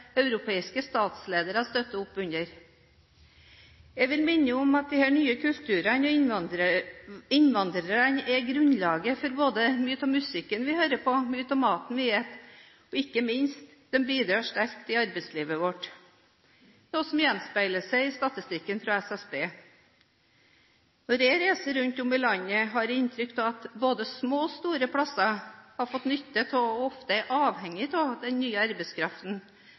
europeiske statsledere støtter opp under. Jeg vil minne om at de nye kulturene og innvandrerne er grunnlaget for mye av musikken vi hører på, mye av maten vi spiser, og – ikke minst – de bidrar sterkt i arbeidslivet vårt, noe som gjenspeiler seg i statistikken fra SSB. Når jeg reiser rundt i landet, får jeg inntrykk av at både små og store steder har dratt nytte av og ofte er avhengig av den nye arbeidskraften